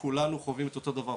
כולנו חווים אותו דבר,